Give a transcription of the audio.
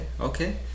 okay